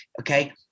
okay